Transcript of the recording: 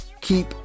keep